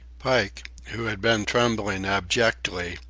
pike, who had been trembling abjectly,